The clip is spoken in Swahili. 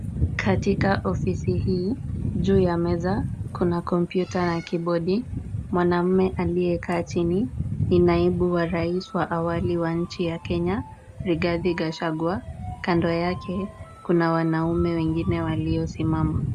Katika ofisi hii, juu ya meza kuna kompyuta na kibodi. Mwanaume aliyekaa chini ni naibu wa rais wa awali wa nchi ya Kenya, Rigathi Gachagua. Kando yake kuna wanaume wengine waliosimama.